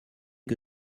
que